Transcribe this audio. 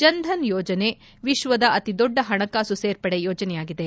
ಜನಧನ್ ಯೋಜನೆ ವಿಶ್ವದ ಅತಿ ದೊಡ್ಡ ಹಣಕಾಸು ಸೇರ್ಪಡೆ ಯೋಜನೆಯಾಗಿದೆ